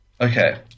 okay